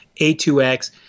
A2X